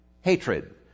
hatred